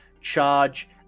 charge